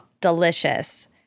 delicious